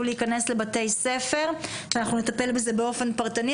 להיכנס לבתי ספר ואנחנו נטפל בזה באופן פרטני,